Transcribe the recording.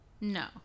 No